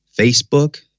Facebook